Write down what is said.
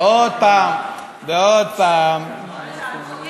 עוד פעם, ועוד פעם,